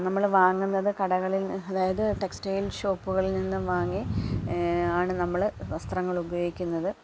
നമ്മൾ വാങ്ങുന്നത് കടകളിൽ അതായത് ടെക്സ്റ്റൈൽ ഷോപ്പുകളിൽ നിന്നും വാങ്ങി ആണ് നമ്മള് വസ്ത്രങ്ങൾ ഉപയോഗിക്കുന്നത്